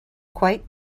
quite